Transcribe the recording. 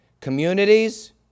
communities